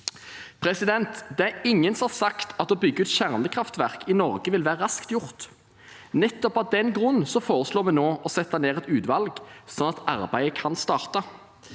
gjør nå. Det er ingen som har sagt at det å bygge kjernekraftverk i Norge vil være raskt gjort. Nettopp av den grunn foreslår vi nå å sette ned et utvalg, så arbeidet kan starte.